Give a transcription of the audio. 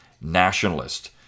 nationalist